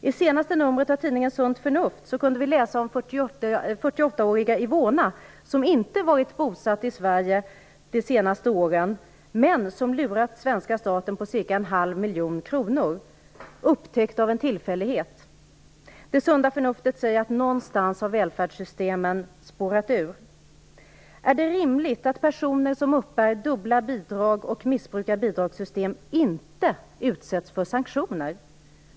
I senaste numret av tidningen Sunt förnuft kunde vi läsa om 48-åriga Evona, som inte varit bosatt i Sverige de senaste åren men som lurat svenska staten på ca en halv miljon kronor, vilket upptäcktes av en tillfällighet. Det sunda förnuftet säger att någonstans har välfärdssystemen spårat ur. Är det rimligt att personer som uppbär dubbla bidrag och som missbrukar bidragssystem inte utsätts för sanktioner?